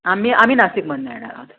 आम्ही आम्ही नाशिकमधूनं येणार आहोत